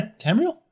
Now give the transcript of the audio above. Tamriel